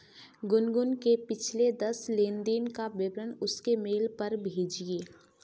गुनगुन के पिछले दस लेनदेन का विवरण उसके मेल पर भेजिये